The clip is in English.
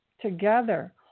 together